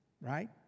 right